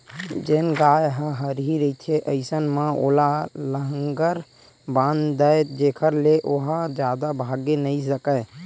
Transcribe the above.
जेन गाय ह हरही रहिथे अइसन म ओला लांहगर बांध दय जेखर ले ओहा जादा भागे नइ सकय